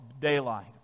daylight